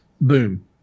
Boom